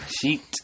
sheet